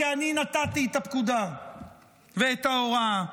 כי אני נתתי את הפקודה ואת ההוראה.